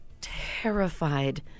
terrified